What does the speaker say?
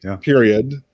Period